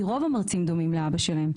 כי רוב המרצים דומים לאבא שלהם,